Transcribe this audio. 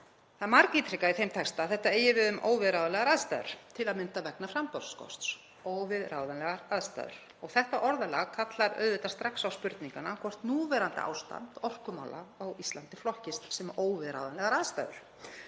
Það er margítrekað í þeim texta að þetta eigi við um óviðráðanlegar aðstæður, til að mynda vegna framboðsskorts — óviðráðanlegar aðstæður. Þetta orðalag kallar auðvitað strax á spurninguna hvort núverandi ástand orkumála á Íslandi flokkist sem óviðráðanlegar aðstæður.